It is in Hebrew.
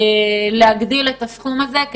להגדיל את הסכום הזה.